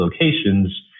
locations